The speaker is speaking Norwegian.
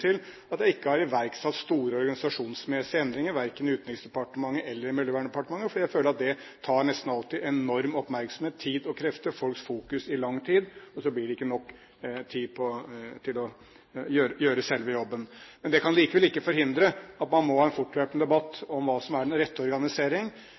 til at jeg ikke har iverksatt store organisasjonsmessige endringer verken i Utenriksdepartementet eller Miljøverndepartementet. Jeg føler at det nesten alltid tar enorm oppmerksomhet, tid og krefter og folks fokus i lang tid, og så blir det ikke nok tid til å gjøre selve jobben. Det kan likevel ikke forhindre at man må ha en fortløpende